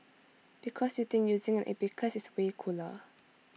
because you think using an abacus is way cooler